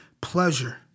pleasure